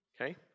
Okay